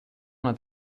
una